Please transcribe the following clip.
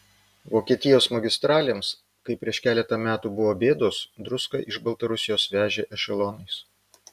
vokietijos magistralėms kai prieš keletą metų buvo bėdos druską iš baltarusijos vežė ešelonais